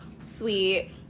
sweet